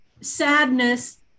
sadness